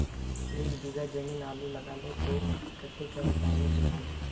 एक बीघा जमीन आलू लगाले तो कतेक रासायनिक लगे?